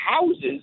houses